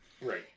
right